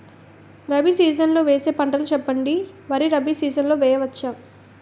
Rabi season లో వేసే పంటలు చెప్పండి? వరి రబీ సీజన్ లో వేయ వచ్చా?